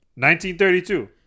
1932